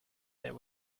there